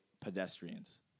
pedestrians